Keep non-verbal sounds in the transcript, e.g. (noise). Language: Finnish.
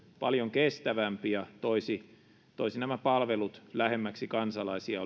paljon kestävämpi ja toisi toisi nämä palvelut lähemmäksi kansalaisia (unintelligible)